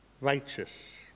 righteous